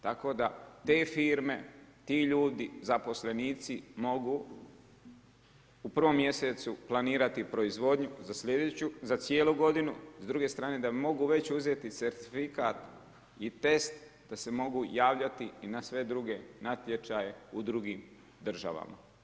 Tako da te firme, ti ljudi, zaposlenici mogu u prvom mjesecu planirati proizvodnju za slijedeću, za cijelu godinu, s druge strane da mogu već uzeti certifikat i test da se mogu javljati i na sve druge natječaje u drugim državama.